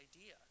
idea